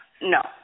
no